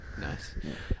nice